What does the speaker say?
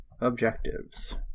objectives